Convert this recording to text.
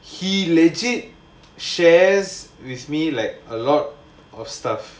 he legit shares with me like a lot of stuff